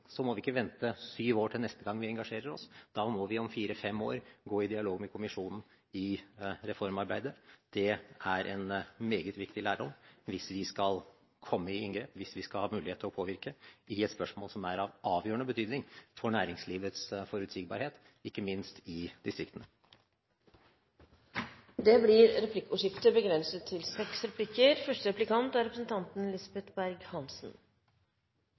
må vi ikke vente syv år til neste gang vi engasjerer oss; da må vi om fire–fem år gå i dialog med kommisjonen i reformarbeidet. Det er en meget viktig lærdom hvis vi skal komme i inngrep med og ha mulighet til å påvirke et spørsmål som er av avgjørende betydning for næringslivets forutsigbarhet, ikke minst i distriktene. Det blir replikkordskifte.